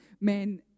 men